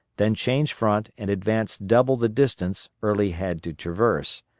then change front and advance double the distance early had to traverse,